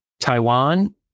Taiwan